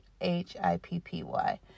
h-i-p-p-y